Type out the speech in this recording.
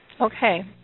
Okay